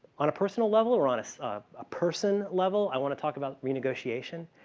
on a personal level or on so ah person level, i want to talk about renegotiation.